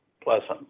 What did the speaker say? pleasant